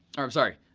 i'm sorry,